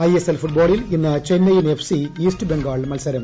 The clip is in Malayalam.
ഐ എസ് എൽ ഫുട്ബോളിൽ ഇന്ന് ചെന്നൈയിൻ എഫ് സി ഈസ്റ്റ്ബംഗാൾ മത്സരം